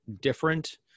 different